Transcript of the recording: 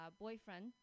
boyfriend